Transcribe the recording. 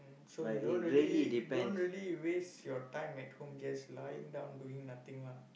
so you don't really don't really waste your time at home just lying down doing nothing lah